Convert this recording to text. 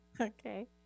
Okay